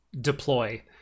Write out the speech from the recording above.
deploy